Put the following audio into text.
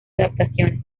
adaptaciones